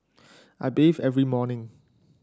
I bathe every morning